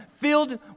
filled